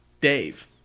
Dave